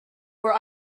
were